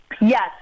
Yes